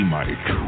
Mike